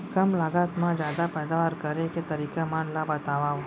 कम लागत मा जादा पैदावार करे के तरीका मन ला बतावव?